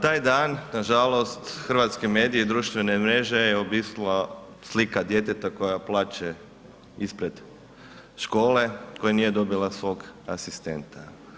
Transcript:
Taj dan nažalost hrvatske medije i društvene mreže je obišla slika djeteta koje plače ispred škole, koja nije dobila svog asistenta.